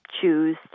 choose